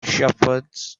shepherds